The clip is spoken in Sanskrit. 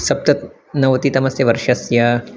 सप्तनवतितमस्य वर्षस्य